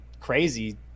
crazy